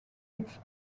its